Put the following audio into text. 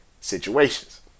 situations